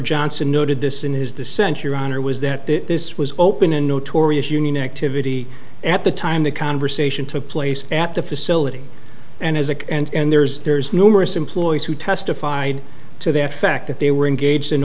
johnson noted this in his dissent your honor was that this was open and notorious union activity at the time the conversation took place at the facility and as a and there's there's numerous employees who testified to the effect that they were engaged in